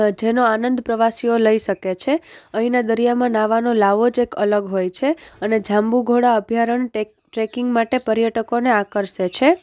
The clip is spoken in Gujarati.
જેનો આનંદ પ્રવાસીઓ લઈ શકે છે અહીંના દરિયામાં નાહવાનો લાહ્વો જ એક અલગ હોય છે અને જાંબુઘોડા અભયારણ્ય ટ્રેકિંગ માટે પર્યટકોને આકર્ષે છે